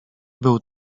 był